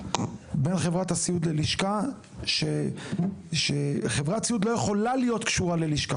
הפרדה בין חברת הסיעוד ללשכה שחברת סיעוד לא יכולה להיות קשורה ללשכה.